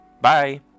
Bye